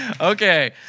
Okay